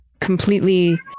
completely